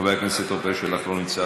חבר הכנסת עפר שלח לא נמצא,